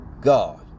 God